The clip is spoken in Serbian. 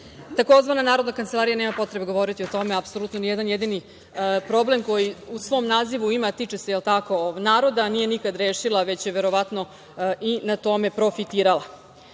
Takozvana Narodna kancelarija, nema potrebe govoriti o tome, apsolutno nijedan jedini problem koji u svom nazivu ima, a tiče se naroda, nije nikada rešila već je verovatno i na tome profitirala. Monopol